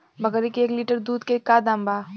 बकरी के एक लीटर दूध के का दाम बा?